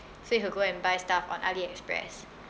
so he'll go and buy stuff on ali express